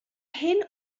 hyn